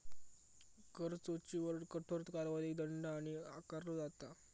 कर चोरीवर कठोर कारवाई आणि दंड आकारलो जाता